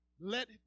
Let